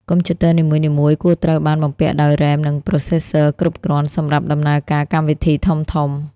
កុំព្យូទ័រនីមួយៗគួរត្រូវបានបំពាក់ដោយ RAM និង Processor គ្រប់គ្រាន់សម្រាប់ដំណើរការកម្មវិធីធំៗ។